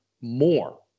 more